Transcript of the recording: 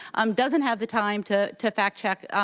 um doesn't have the time to to fact check